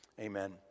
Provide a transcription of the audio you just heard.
Amen